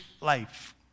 life